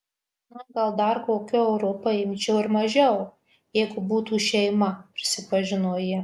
na gal dar kokiu euru paimčiau ir mažiau jeigu būtų šeima prisipažino ji